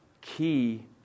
key